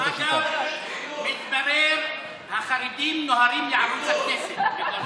אגב, מתברר שהחרדים נוהרים לערוץ הכנסת.